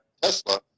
Tesla